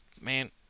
man